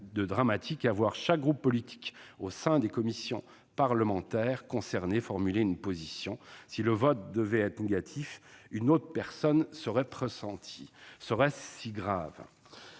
de dramatique à voir chaque groupe politique, au sein des commissions parlementaires concernées, formuler une position. Si le vote devait être négatif, une autre personne serait pressentie. Serait-ce si grave ?